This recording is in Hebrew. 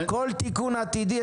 כל תיקון עתידי,